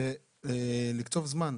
לכתוב זמן.